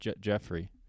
jeffrey